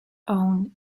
owned